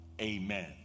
Amen